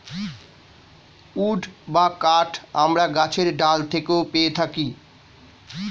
would বা কাঠ আমরা গাছের ডাল থেকেও পেয়ে থাকি